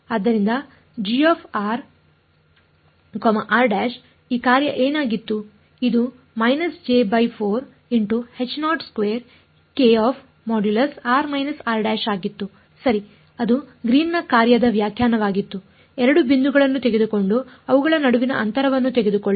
ಆದ್ದರಿಂದ ಈ ಕಾರ್ಯ ಏನಾಗಿತ್ತು ಇದು ಆಗಿತ್ತು ಸರಿ ಅದು ಗ್ರೀನ್ನ ಕಾರ್ಯದ ವ್ಯಾಖ್ಯಾನವಾಗಿದ್ದು 2 ಬಿಂದುಗಳನ್ನು ತೆಗೆದುಕೊಂಡು ಅವುಗಳ ನಡುವಿನ ಅಂತರವನ್ನು ತೆಗೆದುಕೊಳ್ಳಿ